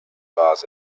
vase